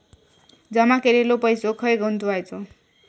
जमा केलेलो पैसो खय गुंतवायचो?